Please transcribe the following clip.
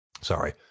Sorry